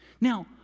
Now